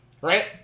Right